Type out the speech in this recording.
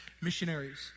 missionaries